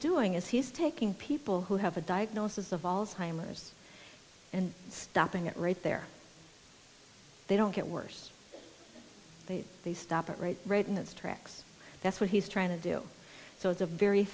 doing is he's taking people who have a diagnosis of alzheimer's and stopping it right there they don't get worse they stop it right right in its tracks that's what he's trying to do so it's a very